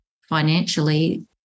financially